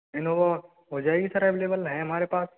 Innova हो जाएगी sir available है हमारे पास